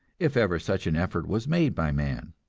if ever such an effort was made by man.